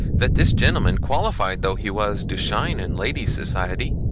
that this gentleman qualified though he was to shine in ladies' society,